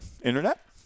internet